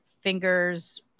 fingers